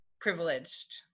privileged